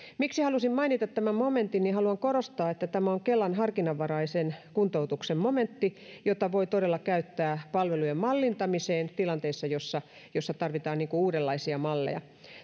miksi halusin mainita tämän momentin niin haluan korostaa että tämä on kelan harkinnanvaraisen kuntoutuksen momentti jota voi todella käyttää palvelujen mallintamiseen tilanteessa jossa jossa tarvitaan uudenlaisia malleja